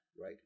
right